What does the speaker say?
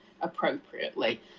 appropriately